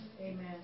Amen